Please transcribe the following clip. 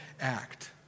act